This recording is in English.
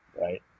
Right